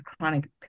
chronic